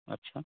আচ্ছা